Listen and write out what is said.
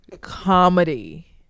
comedy